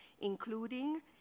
including